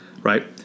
right